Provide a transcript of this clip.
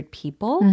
people